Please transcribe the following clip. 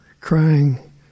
Crying